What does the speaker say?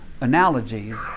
analogies